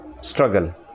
struggle